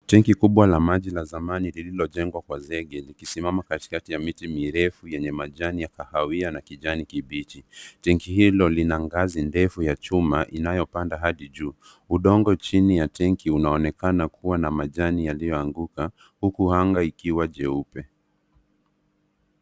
Tangi kubwa la maji la zamani lililojengwa kwa zege likisimama katikati ya miti mirefu yenye majani ya kahawia na kijani kibichi. Tangi hilo lina ngazi ndefu ya chuma inayopanda hadi juu. Udongo chini ya tangi unaonekana kuwa na majani yalioanguka huku anga ikiwa jeupe.